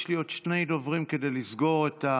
יש לי עוד שני דוברים כדי לסגור את,